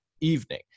evening